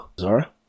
Zara